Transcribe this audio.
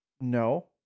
no